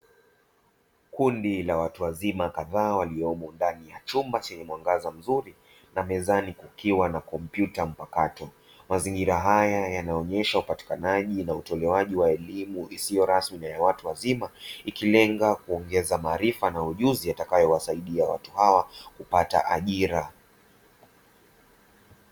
Kundi la watu wazima kadhaa waliyomo ndani ya chumba chenye mwangaza mzuri, na mezani kukiwa na kompyuta mpakato. Mazingira haya yanaonyesha upatikanaji na utolewaji wa elimu isiyo rasmi na ya watu wazima, ikilenga kuongeza maarifa na ujuzi yatakayowasaidia watu hawa kupata ajira.